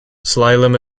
slalom